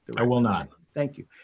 i will not. thank you.